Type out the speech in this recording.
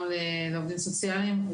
גם לעובדים סוציאליים,